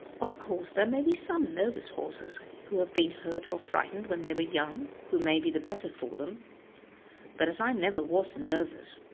of course there may be some nervous horses who have been hurt or frightened when they were young, who may be the better for them but as i never was nervous,